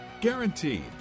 Guaranteed